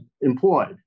employed